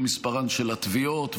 מספרן של התביעות,